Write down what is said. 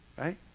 right